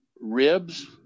ribs